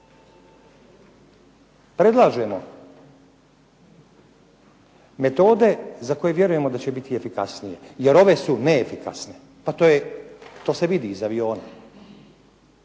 Predlažemo metode za koje vjerujemo da će biti efikasnije jer ove su neefikasne, pa to se vidi iz aviona.